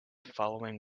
following